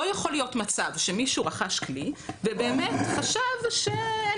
לא יכול להיות מצב שמישהו רכש כלי ובאמת חשב שאין